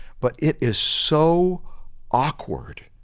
but it is so awkward,